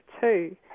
Two